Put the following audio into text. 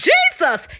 Jesus